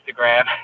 Instagram